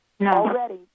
already